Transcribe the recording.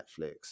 Netflix